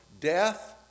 death